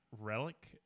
Relic